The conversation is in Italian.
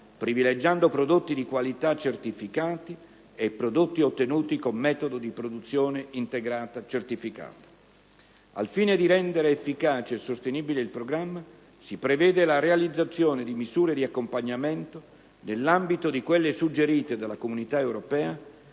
privilegiando prodotti di qualità certificati e prodotti ottenuti con metodi di produzione integrata certificata. Al fine di rendere efficace e sostenibile il programma, si prevede la realizzazione di misure di accompagnamento nell'ambito di quelle suggerite dall'Unione europea,